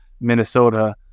Minnesota